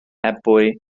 ebwy